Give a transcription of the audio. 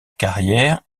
carrière